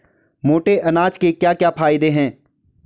मोटे अनाज के क्या क्या फायदे हैं?